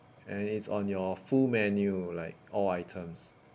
and it's on your full menu like all items